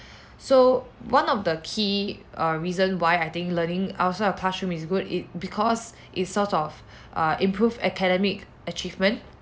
so one of the key uh reason why I think learning outside of classroom is good is because it sort of uh improve academic achievement